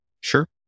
Sure